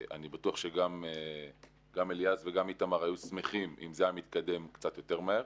אני בטוח שגם אליעז וגם איתמר היו שמחים את זה היה מתקדם קצת יותר מהר.